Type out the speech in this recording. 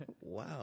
Wow